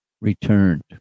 returned